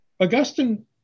Augustine